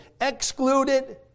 excluded